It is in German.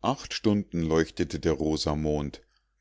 acht stunden leuchtete der rosa mond